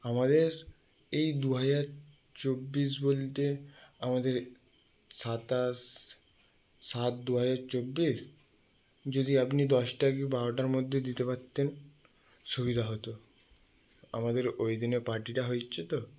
আমাদের এই দু হাজার চব্বিশ বলতে আমাদের সাতাশ সাত দু হাজার চব্বিশ যদি আপনি দশটা কি বারোটার মধ্যে দিতে পারতেন সুবিধা হতো আমাদের ওই দিনে পার্টিটা হইছে তো